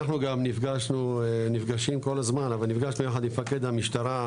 נפגשנו יחד עם מפקד המשטרה,